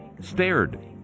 stared